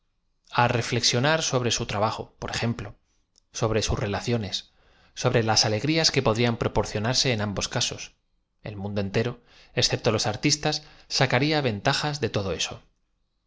á reflexionar so bre su trabajo por ejemplo sobre sus relaciones sobre laa alegrías que podrían proporcionarse en am bos casos el mundo entero excepto os artistas saca rla ventajas de todo eso